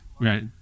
right